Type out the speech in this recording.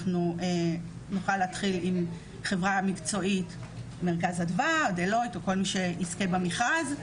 נוכל להתחיל עם חברה מקצועית מרכז "אדווה" או כל מי שיזכה במכרז,